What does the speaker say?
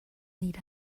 need